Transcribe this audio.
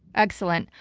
excellent.